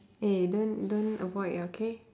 eh don't don't avoid okay